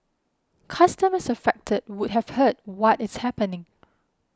customers affected would have heard what is happening